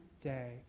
day